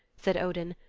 said odin.